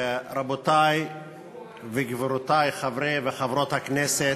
רבותי וגבירותי חברי וחברות הכנסת,